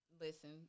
Listen